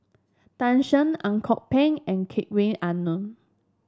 Tan Shen Ang Kok Peng and Hedwig Anuar